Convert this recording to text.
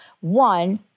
One